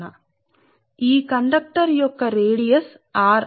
సరే కాబట్టి మనం తీసు కున్నది ఈ కండక్టర్ యొక్క ఈ వ్యాసార్థానికి r మేము తీసుకున్నాము